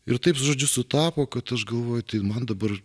ir taip žodžiu sutapo kad aš galvoju tai man dabar